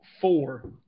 four